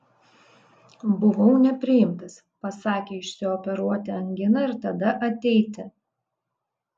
buvau nepriimtas pasakė išsioperuoti anginą ir tada ateiti